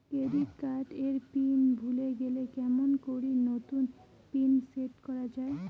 Credit card এর pin ভুলে গেলে কেমন করি নতুন পিন সেট করা য়ায়?